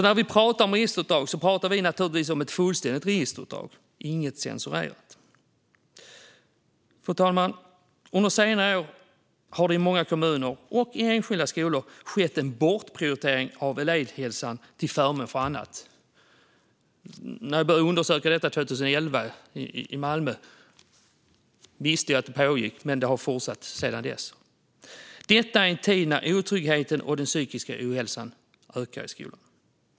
När vi pratar om registerutdrag pratar vi naturligtvis om ett fullständigt registerutdrag, inget censurerat. Fru talman! Under senare år har det i många kommuner och i enskilda skolor skett en bortprioritering av elevhälsan till förmån för annat. När jag började undersöka detta 2011 i Malmö visste jag att det pågick, men det har fortsatt sedan dess, och detta i en tid när otryggheten och den psykiska ohälsan ökar.